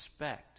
respect